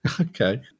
Okay